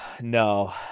no